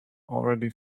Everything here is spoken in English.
already